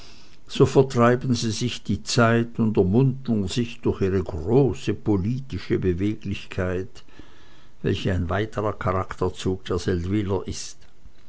so vertreiben sie sich die zeit und ermuntern sich durch ihre große politische beweglichkeit welche ein weiterer charakterzug der seldwyler ist